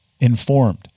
informed